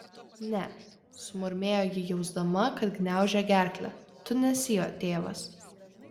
ne sumurmėjo ji jausdama kad gniaužia gerklę tu nesi jo tėvas